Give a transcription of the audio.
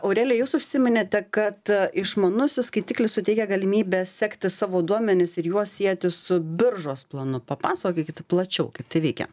aurelija jūs užsiminėte kad išmanusis skaitiklis suteikia galimybę sekti savo duomenis ir juos sieti su biržos planu papasakokit plačiau kaip tai veikia